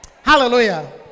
Hallelujah